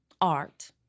art